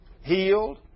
healed